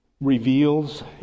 reveals